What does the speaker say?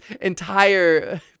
entire